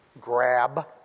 grab